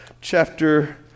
chapter